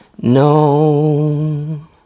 No